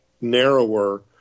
narrower